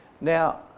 Now